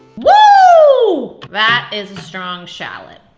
whoa! that is a strong shallot.